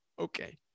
Okay